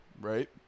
right